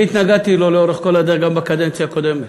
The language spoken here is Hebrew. אני התנגדתי לו לאורך כל הדרך, גם בקדנציה הקודמת.